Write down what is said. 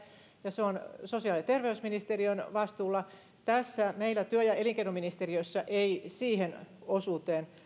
ja se on sosiaali ja terveysministeriön vastuulla tässä meillä työ ja elinkeinoministeriössä ei siihen osuuteen